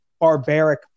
barbaric